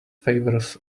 favours